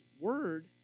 word